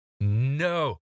No